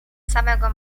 samego